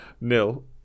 Nil